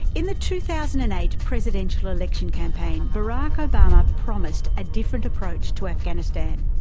in the two thousand and eight presidential election campaign, barak obama promised a different approach to afghanistan.